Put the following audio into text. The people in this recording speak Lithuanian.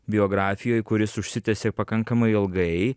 biografijoj kuris užsitęsė pakankamai ilgai